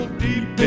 deep